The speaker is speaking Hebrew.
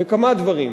בכמה דברים,